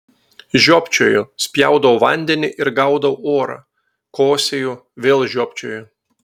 žiopčioju spjaudau vandenį ir gaudau orą kosėju vėl žiopčioju